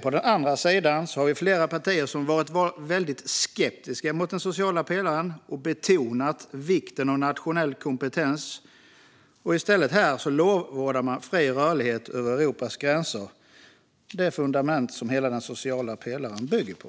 På andra sidan har vi flera partier som varit väldigt skeptiska mot den sociala pelaren och betonat vikten av nationell kompetens men som här i stället lovordar fri rörlighet över Europas gränser - det fundament som hela den sociala pelaren bygger på.